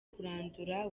kurandura